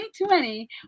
2020